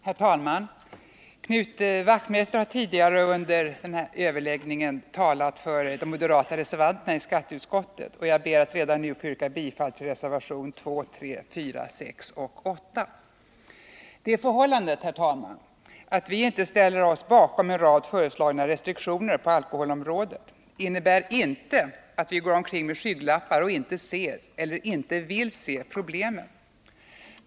Herr talman! Knut Wachmeister har tidigare under denna överläggning talat för oss moderata reservanter i skatteutskottet, och jag ber redan nu att få yrka bifall till reservationerna 2, 3, 4, 6 och 8. Det förhållandet, herr talman, att vi inte ställer oss bakom en rad föreslagna restriktioner på alkoholområdet innebär inte att vi går omkring med skygglappar och inte ser eller inte vill se problemen.